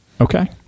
Okay